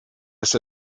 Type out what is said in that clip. ist